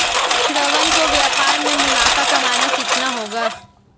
श्रवण को व्यापार में मुनाफा कमाना सीखना होगा